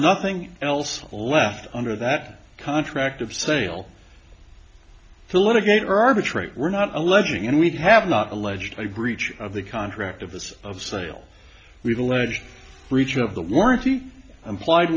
nothing else left under that contract of sale to litigate or arbitrate we're not alleging and we have not alleged a breach of the contract of the of sale we've alleged breach of the warranty implied